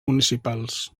municipals